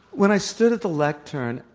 when i stood at the lectern,